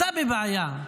אתה בבעיה.